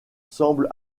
semble